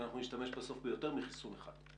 שאנחנו נשתמש בסוף ביותר מחיסון אחד.